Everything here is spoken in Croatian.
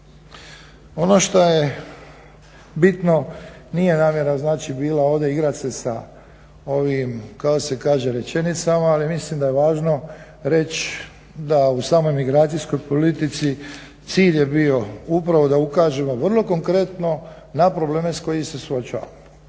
Ono što je bitno nije namjera znači bila igrat se sa ovim kako se kaže rečenicama, ali mislim da je važno reći da u samoj migracijskoj politici cilj je bio upravo da ukažemo vrlo konkretno na probleme s kojim se suočavamo.